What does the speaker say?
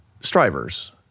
strivers